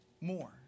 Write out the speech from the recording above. more